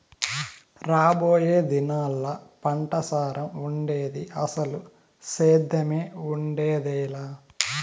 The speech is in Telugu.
రాబోయే దినాల్లా పంటసారం ఉండేది, అసలు సేద్దెమే ఉండేదెలా